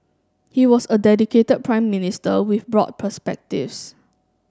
he was a dedicated Prime Minister with broad perspectives